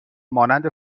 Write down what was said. مانند